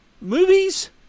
Movies